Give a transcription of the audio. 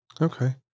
Okay